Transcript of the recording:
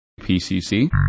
PCC